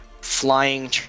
flying